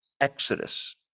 exodus